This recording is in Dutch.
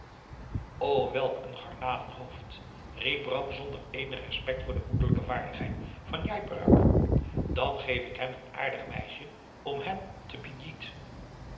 welk een garnalenhoofd riep bram zonder eenig respect voor de moederlijke waardigheid van njai peraq dan geef ik hem een aardig meisje om hem te